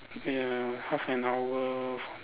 ya half an hour